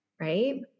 right